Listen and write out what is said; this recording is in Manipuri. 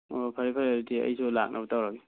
ꯑꯣ ꯐꯔꯦ ꯐꯔꯦ ꯑꯗꯨꯗꯤ ꯑꯩꯁꯨ ꯂꯥꯛꯅꯕ ꯇꯧꯔꯒꯦ